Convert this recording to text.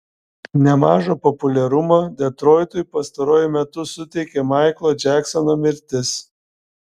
nemažo populiarumo detroitui pastaruoju metu suteikė maiklo džeksono mirtis